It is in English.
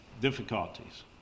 difficulties